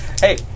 Hey